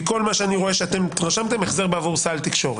מכל מה שאני רואה שאתם רשמתם החזר בעבור סל תקשורת.